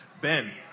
Ben